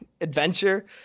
adventure